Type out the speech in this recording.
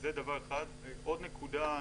עוד נקודה,